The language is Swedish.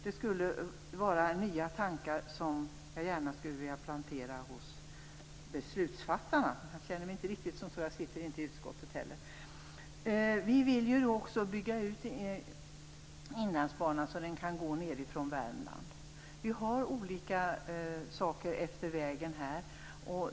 Jag skulle gärna vilja plantera de här nya tankarna hos beslutsfattarna. Själv känner jag mig inte riktigt som en beslutsfattare i det här sammanhanget, eftersom jag inte heller sitter i trafikutskottet. Vi vill också bygga ut Inlandsbanan så att den kan gå nedifrån Värmland. Det finns olika saker längs med vägen.